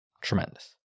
Tremendous